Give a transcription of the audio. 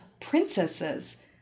princesses